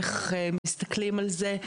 איך מסתכלים על זה.